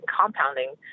compounding